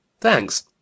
Thanks